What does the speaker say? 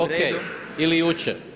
O.K, ili jučer?